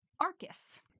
Arcus